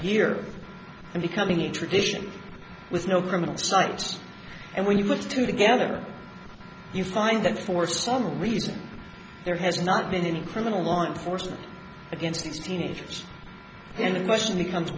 year and becoming a tradition with no permanent sites and when you get to together you find that for some reason there has not been any criminal law enforcement against these teenagers and the question becomes